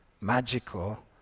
magical